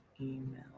email